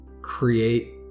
create